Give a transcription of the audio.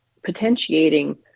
potentiating